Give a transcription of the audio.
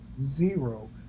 zero